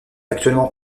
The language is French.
actuellement